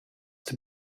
have